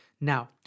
Now